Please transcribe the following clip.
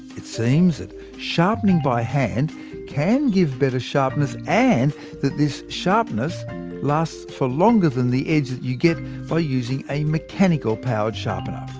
it seems that sharpening by hand can give better sharpness, and that this sharpness lasts for longer than the edge you get by using a mechanical powered sharpener.